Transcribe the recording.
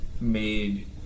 made